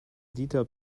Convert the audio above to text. detailed